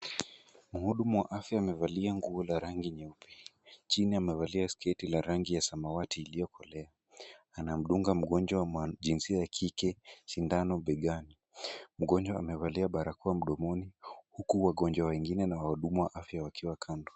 Mhudumu wa afya amevalia nguo la rangi nyeupe, chini amevalia sketi ya rangi ya samawati iliyokolea. Anamdunga mgonjwa wa jinsia ya kike sindano begani. Mgonjwa amevalia barakoa mdomoni huku wagonjwa wengine na wahuduma wa afya wakiwa kando.